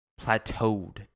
plateaued